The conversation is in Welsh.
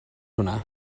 hwnna